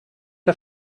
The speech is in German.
der